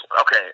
okay